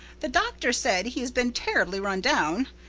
the doctor said he'd been terribly run down.